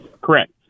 Correct